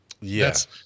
yes